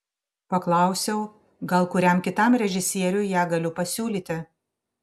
paklausiau gal kuriam kitam režisieriui ją galiu pasiūlyti